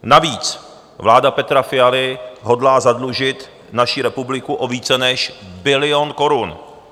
Navíc vláda Petra Fialy hodlá zadlužit naši republiku o více než bilion korun.